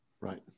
Right